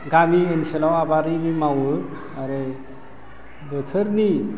गामि ओनसोलाव आबाद आरि मावो आरो बोथोरनि